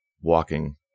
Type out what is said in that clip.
walking